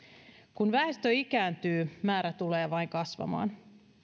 kun väestö ikääntyy määrä tulee vain kasvamaan